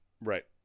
Right